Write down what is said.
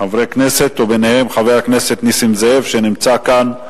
חברי כנסת, ובהם חבר כנסת נסים זאב, שנמצא כאן,